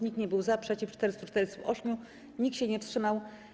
Nikt nie był za, przeciw - 448, nikt się nie wstrzymał.